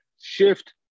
shift